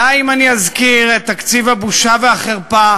די אם אני אזכיר את תקציב הבושה והחרפה